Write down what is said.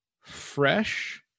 fresh